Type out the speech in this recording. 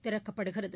திறக்கப்படுகிறது